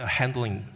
handling